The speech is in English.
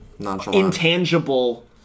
intangible